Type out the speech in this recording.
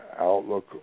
outlook